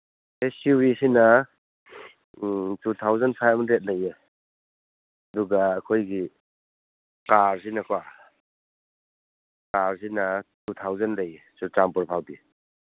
ꯑꯦꯁꯌꯨꯕꯤꯁꯤꯅ two thousand five hundred ꯂꯩꯌꯦ ꯑꯗꯨꯒ ꯑꯩꯈꯣꯏꯒꯤ ꯀꯥꯔꯁꯤꯅꯀꯣ ꯀꯥꯔꯁꯤꯅ ꯇꯨ ꯊꯥꯎꯖꯟ ꯂꯩꯌꯦ ꯆꯨꯔꯥꯆꯥꯟꯄꯨꯔ ꯐꯥꯎꯗꯤ